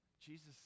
Jesus